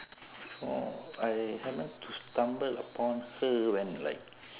oh I like to stumble upon her when like